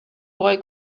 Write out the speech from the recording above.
boy